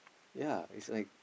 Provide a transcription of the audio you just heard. ya it's like